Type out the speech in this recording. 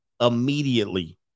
immediately